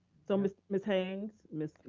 so ms ms haynes, ms,